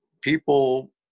people